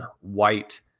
White